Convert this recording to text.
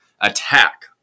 attack